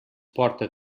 porta